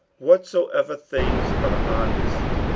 whatsoever things are honest,